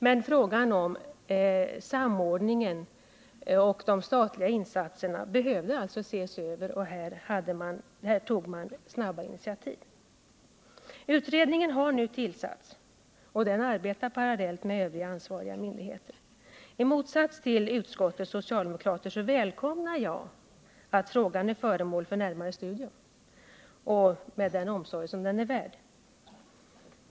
Men frågan om samordningen och de statliga insatserna behövde alltså ses över, och här tog man snabba initiativ. Utredningen har nu tillsatts, och den arbetar parallellt med övriga ansvariga myndigheter. I motsats till utskottets socialdemokrater välkomnar jag att frågan är föremål för närmare studium med den omsorg den är värd.